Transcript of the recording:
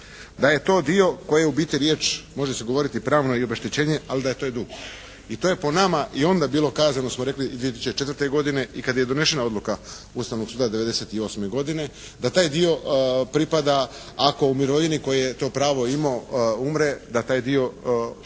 da je to dio koji je u biti riječ može se govoriti pravno i obeštećenje ali da je taj dug. I to je po nama i onda bilo kazano smo rekli i 2004. godine i kad je donesena odluka Ustavnog suda 1998. godine. Da taj dio pripada ako umirovljenik koji je to pravo imao umre da taj dio i